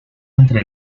entre